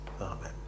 Amen